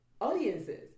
audiences